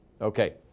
Okay